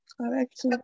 Correct